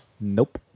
Nope